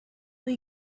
will